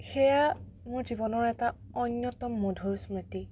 সেয়া মোৰ জীৱনৰ এটা অন্য়তম মধুৰ স্মৃতি